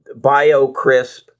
BioCrisp